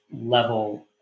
level